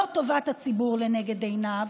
לא טובת הציבור לנגד עיניו,